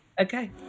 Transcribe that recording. Okay